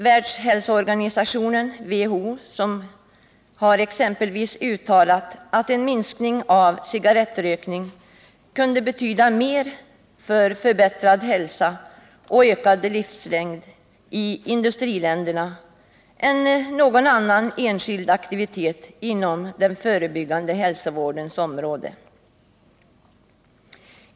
Världshälsoorganisationen har exempelvis uttalat att en minskning av cigarettrökningen skulle kunna betyda mer för en förbättring av hälsan och en ökning av livslängden i industriländerna än någon annan enskild aktivitet inom den förebyggande hälsovårdens område.